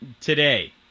today